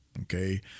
Okay